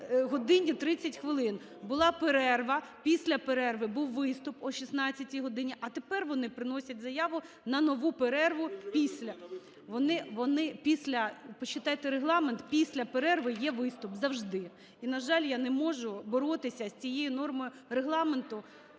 годині 30 хвилин була перерва, після перерви був виступ о 16 годині, а тепер вони приносять заяву на нову перерву після… вони, вони після… (Шум у залі) Почитайте Регламент. Після перерви є виступ завжди. І на жаль, я не можу боротися з цією нормою Регламенту